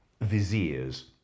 viziers